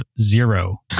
zero